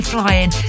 Flying